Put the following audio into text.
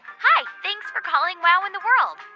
hi. thanks for calling wow in the world.